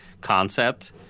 concept